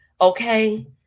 okay